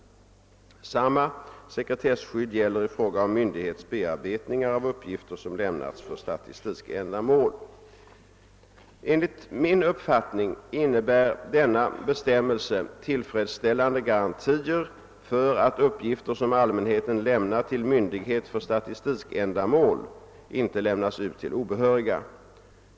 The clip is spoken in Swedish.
Samma sekretesskydd gäller i fråga om myndighets bearbetningar av uppgifter som lämnats för statistikändamål. Enligt min uppfattning innebär denna bestämmelse tillfredsställande garantier för att uppgifter, som allmänheten lämnar till myndighet för statistikändamål, inte lämnas ut till obehöriga.